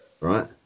Right